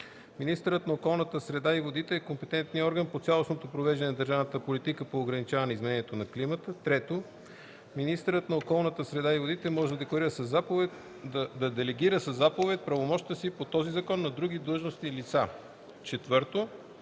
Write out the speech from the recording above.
Министърът на околната среда и водите е компетентният орган по цялостното провеждане на държавната политика по ограничаване изменението на климата. (3) Министърът на околната среда и водите може да делегира със заповед правомощията си по този закон на други длъжностни лица. (4)